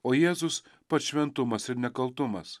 o jėzus pats šventumas ir nekaltumas